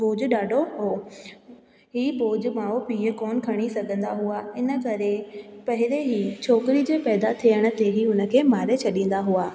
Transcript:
बोझु ॾाढो हो हीअ बोझु माऊ पीअ कोन्ह खणी सघंदा हुआ इनकरे पहेिरें ई छोकिरी जे पैदा थियण ते ई उनखे मारे छॾींदा हुआ